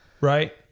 Right